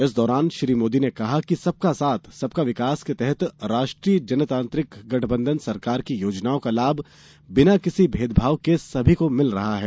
इस दौरान श्री मोदी ने कहा कि सबका साथ सबका विकास के तहत राष्ट्रीय जनतांत्रिक गठबंधन सरकार की योजनाओं का लाभ बिना किसी भेदभाव के सभी को मिल रहा है